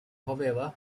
however